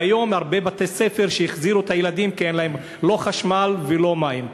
והיום הרבה בתי-ספר החזירו את הילדים כי אין להם לא חשמל ולא מים.